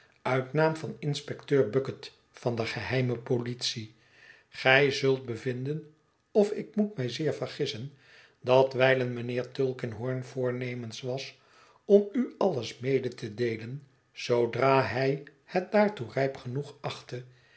uit naam van inspecteur bucket van de geheime politie gij zult bevinden of ik moet mij zeer vergissen dat wijlen mijnheer tulkinghorn voornemens was om u alles mede te deelen zoodra hij het daartoe rijp genoeg achtte